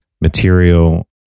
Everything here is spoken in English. material